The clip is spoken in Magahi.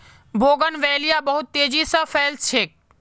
बोगनवेलिया बहुत तेजी स फैल छेक